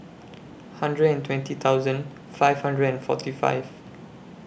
hundred and twenty thousand five hundred and forty five